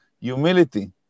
humility